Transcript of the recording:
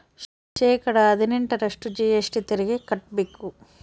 ಶೇಕಡಾ ಹದಿನೆಂಟರಷ್ಟು ಜಿ.ಎಸ್.ಟಿ ತೆರಿಗೆ ಕಟ್ಟ್ಬೇಕು